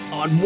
on